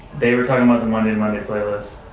they were talking about the monday and monday playlist.